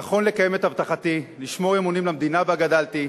נכון לקיים את הבטחתי לשמור אמונים למדינה שבה גדלתי,